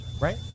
right